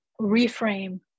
reframe